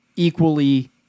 Equally